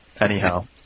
Anyhow